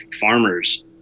farmers